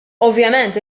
ovvjament